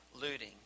looting